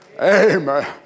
Amen